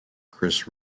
chris